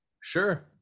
sure